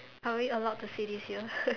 are we allowed to say this here